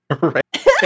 right